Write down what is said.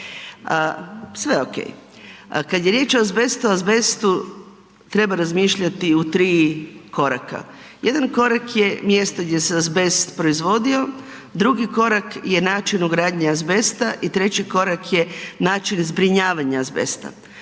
Sve okej. Kad je riječ o azbestu, azbestu treba razmišljati u 3 koraka. Jedan korak je mjesto gdje se azbest proizvodio, drugi korak je način ugradnje azbesta i treći korak je način zbrinjavanja azbesta.